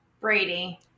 Brady